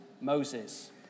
Moses